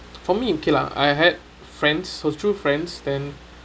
for me okay lah I had friends whose true friends then